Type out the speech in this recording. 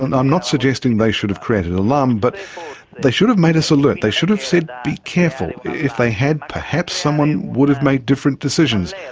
and i'm not suggesting they should have created alarm, but they should have made us alert, they should have said be careful. if they had, perhaps someone would have made different decisions.